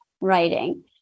writing